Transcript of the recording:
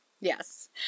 Yes